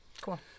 cool